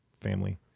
family